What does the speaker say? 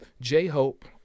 J-Hope